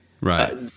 right